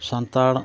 Santal